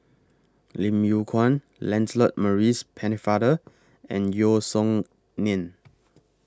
Lim Yew Kuan Lancelot Maurice Pennefather and Yeo Song Nian